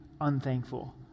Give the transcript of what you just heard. unthankful